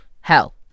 hell